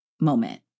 moment